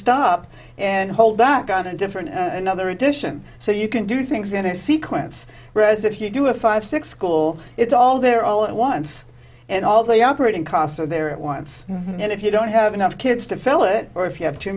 stop and hold back on a different another addition so you can do things in a sequence whereas if you do a five six school it's all there all at once and all the operating costs are there at once and if you don't have enough kids to fill it or if you have too